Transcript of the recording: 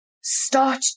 start